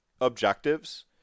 objectives